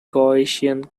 gaussian